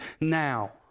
now